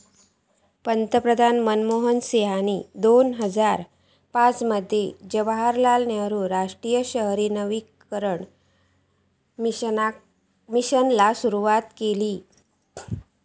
पंतप्रधान मनमोहन सिंहानी दोन हजार पाच मध्ये जवाहरलाल नेहरु राष्ट्रीय शहरी नवीकरण मिशनाक सुरवात केल्यानी